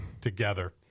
together